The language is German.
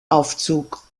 aufzug